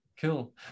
Cool